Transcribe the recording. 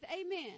Amen